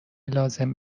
لازم